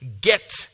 get